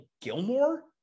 Gilmore